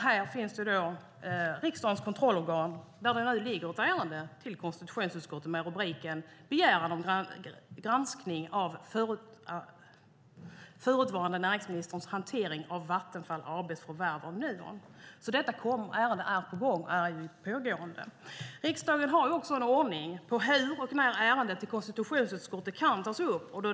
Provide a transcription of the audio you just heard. Här finns riksdagens kontrollorgan, där det nu ligger ett ärende till konstitutionsutskottet med rubriken Begäran om granskning av förutvarande näringsministerns hantering av Vattenfall AB:s förvärv av Nuon . Detta ärende är alltså på gång; det är pågående. Riksdagen har också en ordning för hur och när ärendet kan tas upp i konstitutionsutskottet.